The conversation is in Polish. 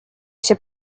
się